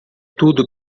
tudo